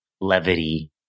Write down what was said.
levity